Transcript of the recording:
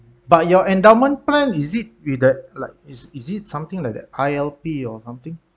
but your endowment plan is it with that like is it something like that I_L_P or something